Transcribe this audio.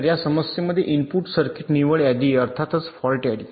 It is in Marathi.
तर या समस्येमध्ये इनपुट सर्किट निव्वळ यादी अर्थातच फॉल्ट यादी